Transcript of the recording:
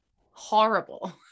horrible